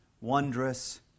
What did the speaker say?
wondrous